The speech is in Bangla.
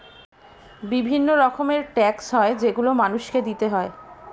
বিভিন্ন রকমের ট্যাক্স হয় যেগুলো মানুষকে দিতে হয়